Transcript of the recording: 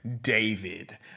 David